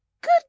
Good